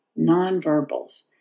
nonverbals